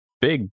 big